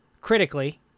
critically